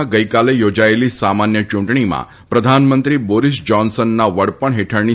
બ્રિટનમાં ગઈકાલે યોજાયેલી સામાન્ય ચૂંટણીમાં પ્રધાનમંત્રી બોરીસ જોન્સનના વડપણ હેઠળની